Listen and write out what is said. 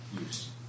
use